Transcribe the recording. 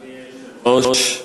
אדוני היושב-ראש,